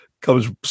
comes